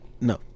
No